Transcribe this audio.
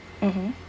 mm